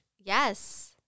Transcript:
Yes